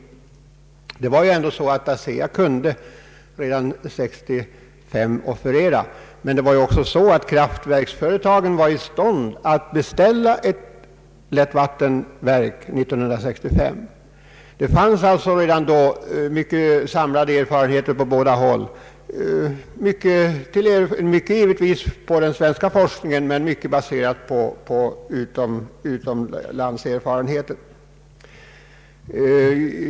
Det var ändå så att ASEA redan 1965 kunde offerera kompletta lättvattenreaktorer. Men kraftverksföretagen var också de i stånd att beställa ett lättvattenverk 1965, de hade redan samlat tillräckliga fakta för ett sådant beslut. Det fanns redan då samlad erfarenhet på båda håll, mycket givetvis baserad på den svenska forskningen men åtskilligt även på utländska erfarenheter.